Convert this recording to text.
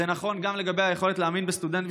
זה נכון גם לגבי היכולת להאמין בסטודנטים